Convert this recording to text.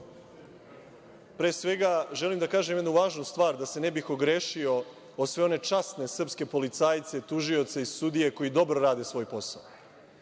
svega želim da kažem jednu važnu stvar da se ne bih ogrešio o sve one časne srpske policajce, tužioce i sudije koji dobro rade svoj posao,